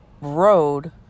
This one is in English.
road